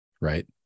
right